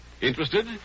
Interested